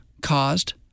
caused